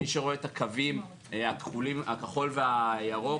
מי שרואה את הקווים הכחול והירוק,